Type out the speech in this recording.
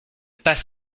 pas